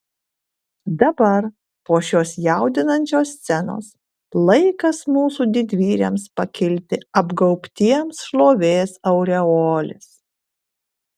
dabar po šios jaudinančios scenos laikas mūsų didvyriams pakilti apgaubtiems šlovės aureolės